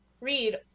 read